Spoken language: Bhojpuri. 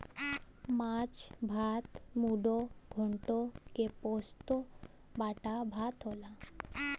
माछ भात मुडो घोन्टो के पोस्तो बाटा भात होला